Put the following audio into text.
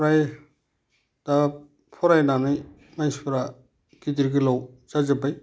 फ्राय दा फरायनानै मानसिफोरा गिदिर गोलाव जाजोब्बाय